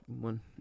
one